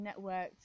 networked